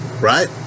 right